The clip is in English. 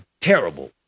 terrible